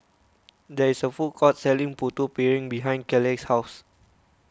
there is a food court selling Putu Piring behind Kaleigh's house